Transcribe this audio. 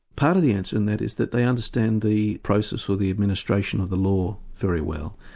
part of the answer in that is that they understand the process with the administration of the law very well.